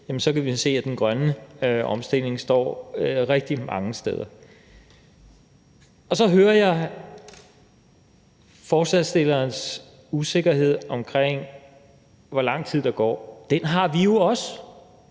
kan man se, at den grønne omstilling står rigtig mange steder. Så hører jeg forslagsstillerens usikkerhed omkring, hvor lang tid der går. Den har vi jo også,